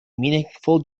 meaningful